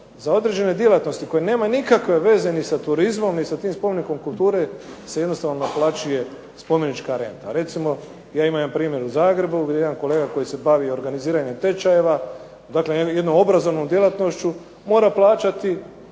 za određene djelatnosti koje nemaju nikakve veze ni sa turizmom ni sa tim spomenikom kulture se jednostavno naplaćuje spomenička renta. Recimo, ja imam jedan primjer u Zagrebu gdje jedan kolega koji se bavi organiziranjem tečajeva, dakle jednom obrazovnom djelatnošću, mora plaćati